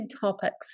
topics